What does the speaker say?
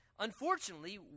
Unfortunately